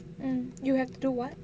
mm you have to do [what]